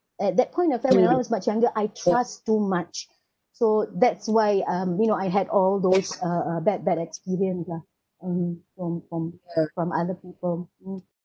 at that point of time when I was much younger I trust too much so that's why um you know I had all those uh uh bad bad experience lah um from from uh other people mm